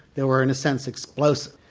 they were in a sense explosive.